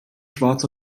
schwarz